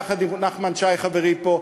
יחד עם נחמן שי חברי פה,